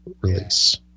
release